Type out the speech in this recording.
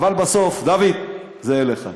אבל בסוף, דוד, זה אליך,